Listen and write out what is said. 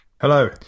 hello